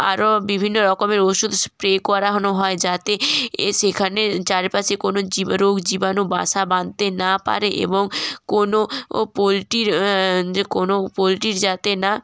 আরও বিভিন্ন রকমের ওষুধ স্প্রে করানো হয় যাতে সেখানে চারপাশে কোনো জীব রোগ জীবাণু বাসা বাঁধতে না পারে এবং কোনো পোলট্রির যে কোনো পোলট্রির যাতে না